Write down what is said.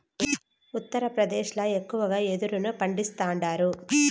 ఉత్తరప్రదేశ్ ల ఎక్కువగా యెదురును పండిస్తాండారు